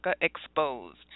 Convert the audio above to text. exposed